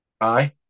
Aye